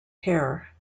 hair